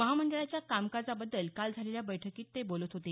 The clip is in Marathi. महामंडळाच्या कामकाजाबद्दल काल झालेल्या बैठकीत ते बोलत होते